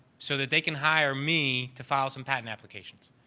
so that they can hire me to file some patent applications?